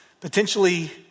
potentially